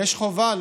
יש חובה.